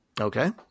Okay